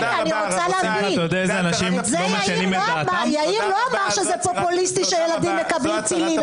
יאיר לא אמר שילדים מקבלים טילים.